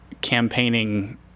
campaigning